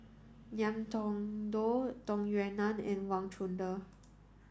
Ngiam Tong Dow Tung Yue Nang and Wang Chunde